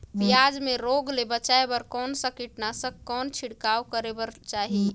पियाज मे रोग ले बचाय बार कौन सा कीटनाशक कौन छिड़काव करे बर चाही?